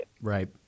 Right